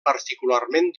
particularment